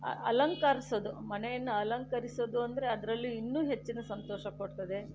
ಅ ಅಲಂಕರಿಸೋದು ಮನೆಯನ್ನು ಅಲಂಕರಿಸೋದು ಅಂದರೆ ಅದರಲ್ಲಿ ಇನ್ನೂ ಹೆಚ್ಚಿನ ಸಂತೋಷ ಕೊಡ್ತದೆ